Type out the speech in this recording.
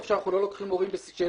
איפה שלא מוצאים סינים,